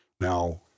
Now